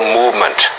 movement